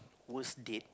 worst date